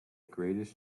greatest